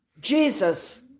Jesus